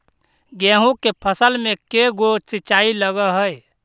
गेहूं के फसल मे के गो सिंचाई लग हय?